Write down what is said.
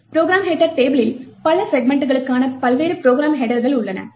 program header டேபிளில் பல செக்மென்ட்களுக்கான பல்வேறு ப்ரோக்ராம் ஹெட்டர்கள் உள்ளன